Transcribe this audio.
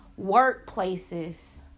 workplaces